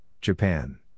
Japan